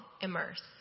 Immerse